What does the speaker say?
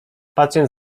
pacjent